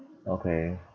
okay